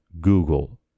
Google